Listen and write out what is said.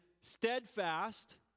steadfast